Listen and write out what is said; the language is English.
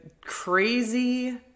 crazy